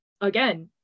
again